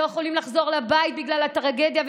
לא יכולים לחזור לבית בגלל הטרגדיה,